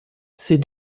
ces